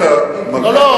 לא, לא.